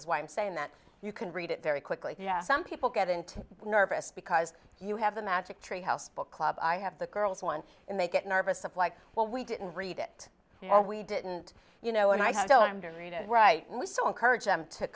is why i'm saying that you can read it very quickly yeah some people get into nervous because you have the magic treehouse book club i have the girls one in they get nervous of like well we didn't read it you know we didn't you know and i said i'm going to read and write so encourage them to